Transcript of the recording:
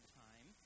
time